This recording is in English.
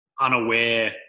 unaware